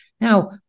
Now